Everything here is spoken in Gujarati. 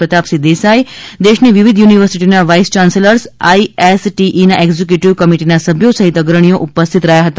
પ્રતા સિંહ દેસાઇ દેશની વિવિધ યુનિવર્સિટીના વાઇસ યાન્સેલર્સ આઇએસટીઇના એક્ઝિક્યુટિવ કમિટીના સભ્યો સહિત અગ્રણીઓ ઉપ સ્થિત રહ્યા હતા